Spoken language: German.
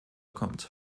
kommt